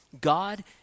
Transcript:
God